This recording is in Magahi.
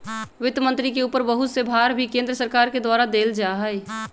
वित्त मन्त्री के ऊपर बहुत से भार भी केन्द्र सरकार के द्वारा देल जा हई